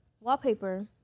wallpaper